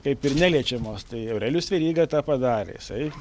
kaip ir neliečiamos tai aurelijus veryga tą padarė jisai